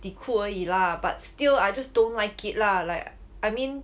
底褲而已 lah but still I just don't like it lah like I mean